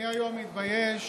אני היום מתבייש